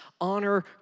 honor